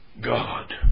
God